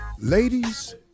Ladies